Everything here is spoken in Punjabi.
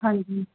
ਹਾਂਜੀ